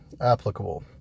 applicable